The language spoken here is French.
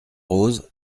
rose